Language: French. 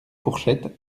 fourchettes